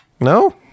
No